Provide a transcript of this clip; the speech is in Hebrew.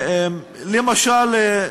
למשל,